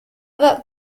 that